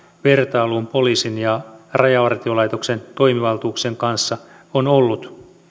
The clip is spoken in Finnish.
vertailuun poliisin ja rajavartiolaitoksen toimivaltuuksien kanssa on ollut